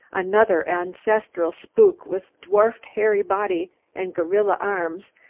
another ancestral spook with dwarfed, hairy body and gorilla arms,